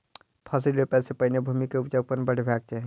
फसिल रोपअ सॅ पहिने भूमि के उपजाऊपन बढ़ेबाक चाही